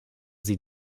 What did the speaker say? sie